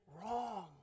wrong